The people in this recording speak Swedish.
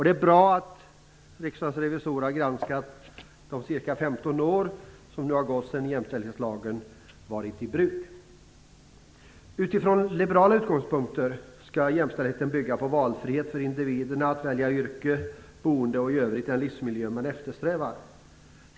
Det är bra att Riksdagens revisorer har granskat de ca 15 år som nu har gått sedan jämställdhetslagen togs i bruk. Utifrån liberala utgångspunkter skall jämställdheten bygga på valfrihet för individerna när det gäller yrke, boende och i övrigt den livsmiljö man eftersträvar.